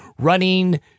running-